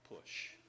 push